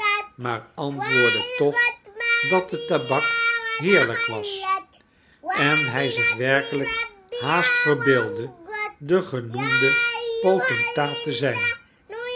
maar antwoordde toch dat de tabak heerlijk was en hij zich werkelijk haast verbeeldde de genoemde potentaat te zijn